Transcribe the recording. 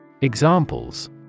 Examples